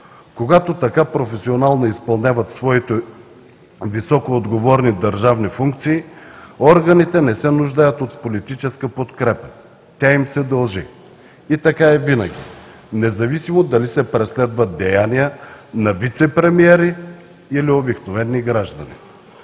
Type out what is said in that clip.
Когато така професионално изпълняват своите високоотговорни държавни функции, органите не се нуждаят от политическа подкрепа. Тя им се дължи и така е винаги, независимо дали се преследват деяния на вицепремиери или на обикновени граждани.